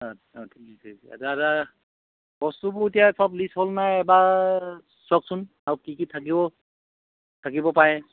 বস্তুবোৰ এতিয়া চব লিষ্ট হ'ল নাই এবাৰ চওকচোন আৰু কি কি থাকিব থাকিব পাৰে